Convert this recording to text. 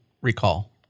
recall